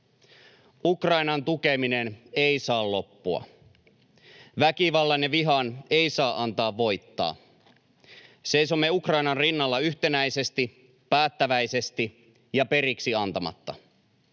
Ukrainan tukeminen ei saa loppua. Väkivallan ja vihan ei saa antaa voittaa. Seisomme Ukrainan rinnalla yhtenäisesti, päättäväisesti ja periksi antamatta.